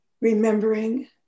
Remembering